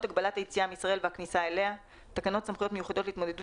הגבלת היציאה מישראל והכניסה אליה" - תקנות סמכויות מיוחדות להתמודדות